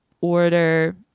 order